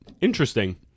Interesting